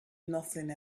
nothing